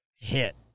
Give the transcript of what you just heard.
hit